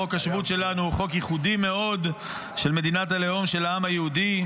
חוק השבות שלנו הוא חוק ייחודי מאוד של מדינת הלאום של העם היהודי: